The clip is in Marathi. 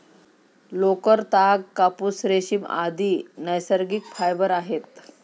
लोकर, ताग, कापूस, रेशीम, आदि नैसर्गिक फायबर आहेत